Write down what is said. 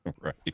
Right